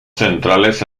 centrales